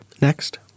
Next